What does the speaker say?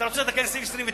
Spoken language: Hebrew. אתה רוצה לתקן לגבי סעיף 29?